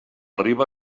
riba